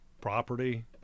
property